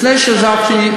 לפני שעזבתי,